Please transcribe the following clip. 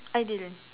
I didn't